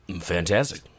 Fantastic